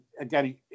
again